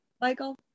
Michael